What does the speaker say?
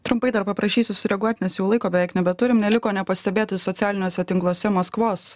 trumpai dar paprašysiu sureaguot nes jau laiko beveik nebeturim neliko nepastebėti socialiniuose tinkluose maskvos